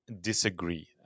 disagree